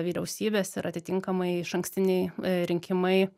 vyriausybės ir atitinkamai išankstiniai rinkimai